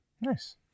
Nice